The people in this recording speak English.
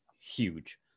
huge